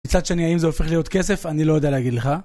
מצד שני, האם זה הופך להיות כסף? אני לא יודע להגיד לך.